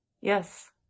yes